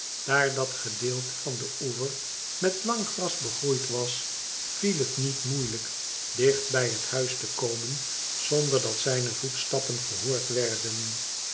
daar dat gedeelte van den oever met lang gras begroeid was viel het niet moeielijk dicht bij het huis te komen zonder dat zijne voetstappen gehoord werden